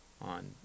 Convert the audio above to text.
on